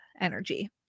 energy